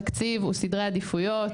תקציב הוא סדרי עדיפויות,